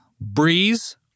Breeze